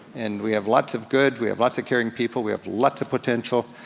and we have lots of good, we have lots of caring people, we have lots of potential,